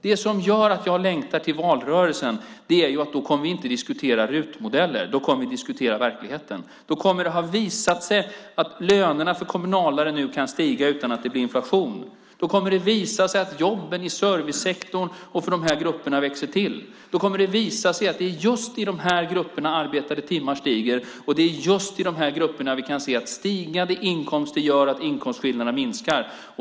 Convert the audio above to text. Det som gör att jag längtar till valrörelsen är att då kommer vi inte att diskutera RUT-modeller. Då kommer vi att diskutera verkligheten. Då kommer det att ha visat sig att lönerna för kommunalare nu kan stiga utan att det blir inflation. Då kommer det att visa sig att jobben i servicesektorn och för de här grupperna växer till. Då kommer det att visa sig att det är just i de här grupperna arbetade timmar stiger, och det är just i de här grupperna vi kan se att stigande inkomster gör att inkomstskillnaderna minskar.